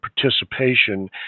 participation